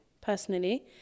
personally